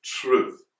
truth